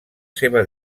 seva